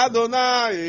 Adonai